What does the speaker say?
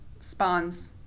spawns